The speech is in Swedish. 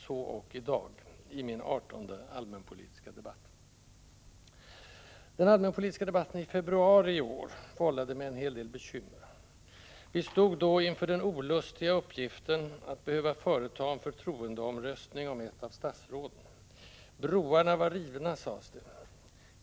Så ock i dag, i min artonde allmänpolitiska debatt. Den allmänpolitiska debatten i februari i år vållade mig en hel del bekymmer. Vi stod då inför den olustiga uppgiften att behöva företa en förtroendeomröstning om ett av statsråden. Broarna var rivna, sades det.